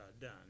done